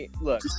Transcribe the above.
Look